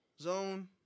Zone